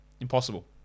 Impossible